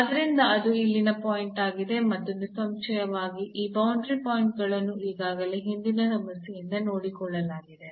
ಆದ್ದರಿಂದ ಇದು ಅಲ್ಲಿನ ಪಾಯಿಂಟ್ ಆಗಿದೆ ಮತ್ತು ನಿಸ್ಸಂಶಯವಾಗಿ ಈ ಬೌಂಡರಿ ಪಾಯಿಂಟ್ ಗಳನ್ನು ಈಗಾಗಲೇ ಹಿಂದಿನ ಸಮಸ್ಯೆಯಿಂದ ನೋಡಿಕೊಳ್ಳಲಾಗುತ್ತಿದೆ